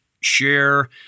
share